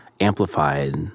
amplified